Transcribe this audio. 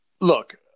look